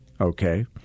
okay